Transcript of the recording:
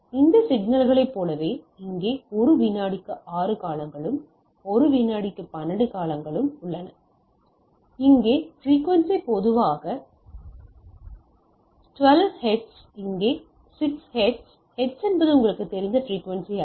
இந்த சிக்னல்களை போலவே இங்கே 1 வினாடிக்கு 6 காலங்களும் 1 வினாடிக்கு 12 காலங்களும் உள்ளன இங்கே பிரிக்குவென்சி பொதுவாக 12 ஹெர்ட்ஸ் இங்கே 6 ஹெர்ட்ஸ் ஹெர்ட்ஸ் என்பது உங்களுக்குத் தெரிந்த பிரிக்குவென்சி அலகு